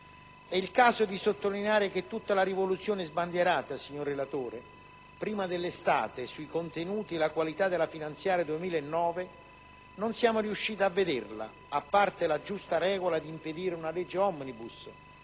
È il caso di sottolineare, signor relatore, che tutta la rivoluzione sbandierata prima dell'estate sui contenuti e la qualità della finanziaria 2009 non siamo riusciti a vederla, a parte la giusta regola di impedire una legge *omnibus*,